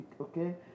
okay